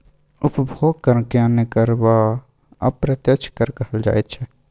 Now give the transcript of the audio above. उपभोग करकेँ अन्य कर वा अप्रत्यक्ष कर कहल जाइत छै